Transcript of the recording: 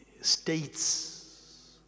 states